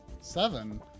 seven